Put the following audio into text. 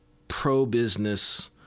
pro-business,